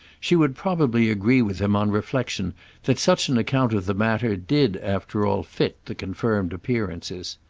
she would probably agree with him on reflexion that such an account of the matter did after all fit the confirmed appearances.